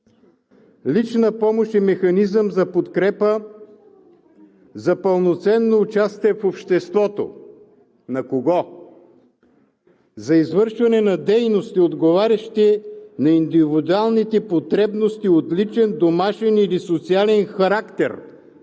„Лична помощ е механизъм за подкрепа за пълноценно участие в обществото – на кого? – за извършване на дейности, отговарящи на индивидуалните потребности от личен, домашен или социален характер